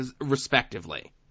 respectively